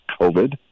covid